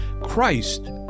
Christ